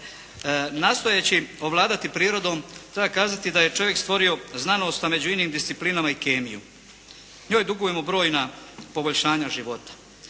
nastojeći ovladati prirodom treba kazati da je čovjek stvorio znanost, a među inim disciplinama i kemiju. Njoj dugujemo brojna poboljšanja života,